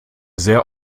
sehr